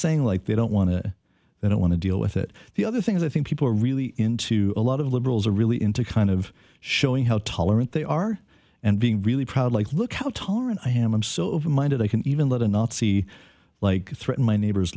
saying like they don't want to they don't want to deal with it the other thing is i think people are really into a lot of liberals are really into kind of showing how tolerant they are and being really proud like look how tolerant i am i'm so over minded i can even let a nazi like threaten my neighbor